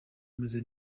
meze